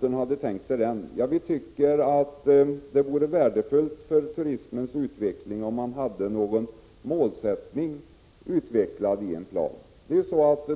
på detta område. Jag tycker att det vore värdefullt för turismens utveckling om en målinriktning funnes utvecklad i form av en plan.